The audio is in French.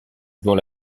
dont